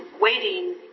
waiting